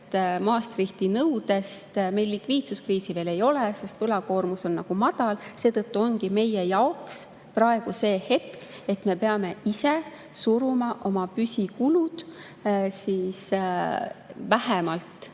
Maastrichti nõudest väljas. Meil likviidsuskriisi veel ei ole, sest võlakoormus on madal. Seetõttu ongi meie jaoks praegu käes hetk, kui me peame ise suruma oma püsikulud vähemalt